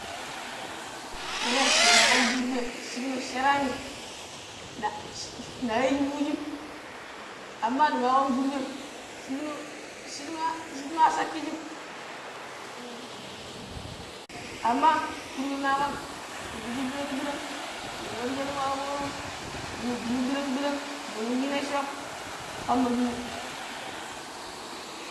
Ne, ne maa ƙa kurɓe shino̱ sheraani na na yiiji fuujim amma ne maa ƙan kurɓen shikno shikno a sakijim amma kurɓe maa ƙam, ni yiiji ɓirang-ɓirang ne waro̱ shele ma aboono̱ minun ndi yu ɓirang-ɓirang minun yu necco̱ ƙamma shinu.